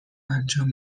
انجام